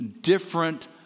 different